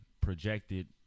projected